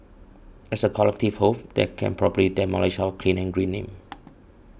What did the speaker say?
as a collective whole that can probably demolish our Clean and Green name